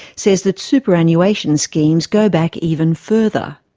says that superannuation schemes go back even further.